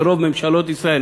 ברוב ממשלות ישראל.